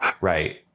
Right